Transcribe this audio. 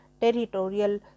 territorial